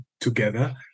together